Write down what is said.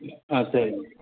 ஆ சரிங்க